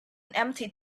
empty